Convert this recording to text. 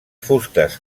fustes